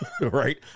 right